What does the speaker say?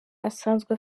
asanzwe